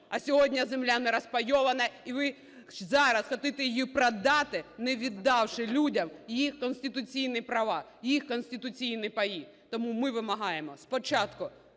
а сьогодні земля не розпайована, і ви зараз хочете її продати, не віддавши людям їх конституційні права, їх конституційні паї. Тому ми вимагаємо спочатку